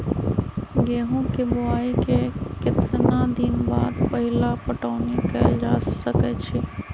गेंहू के बोआई के केतना दिन बाद पहिला पटौनी कैल जा सकैछि?